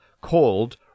called